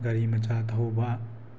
ꯒꯥꯔꯤ ꯃꯆꯥ ꯊꯧꯕ